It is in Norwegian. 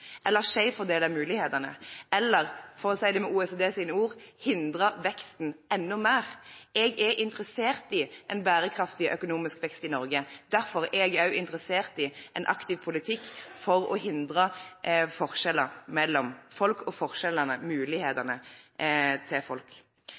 eller skjevfordele mulighetene eller – for å si det med OECDs ord – hindre veksten enda mer. Jeg er interessert i en bærekraftig økonomisk vekst i Norge. Derfor er jeg også interessert i en aktiv politikk for å hindre forskjeller mellom folk og forskjellene